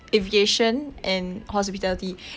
aviation and hospitality